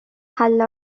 ভাল